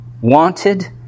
wanted